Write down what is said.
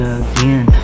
again